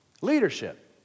Leadership